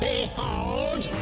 Behold